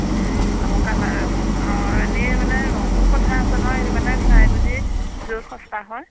আকৌ কালাৰ অঁ এনেই মানে ৰঙো কথা আছে নহয় সেইটো কাৰণে চাই বুজি য'ত সস্তা হয়